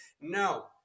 No